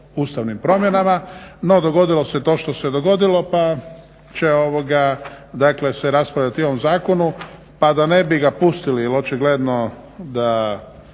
ustavnim promjenama. No dogodilo se to što se dogodilo pa će se raspravljati i o ovom zakonu. pa da ga ne bi pustili jel očigledno da